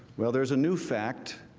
well, there is a new fact